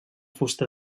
fusta